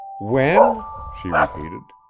when? she repeated.